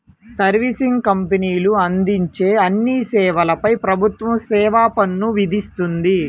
servicing కంపెనీలు అందించే అన్ని సేవలపై ప్రభుత్వం సేవా పన్ను విధిస్తుంది